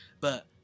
But-